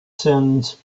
sends